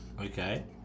Okay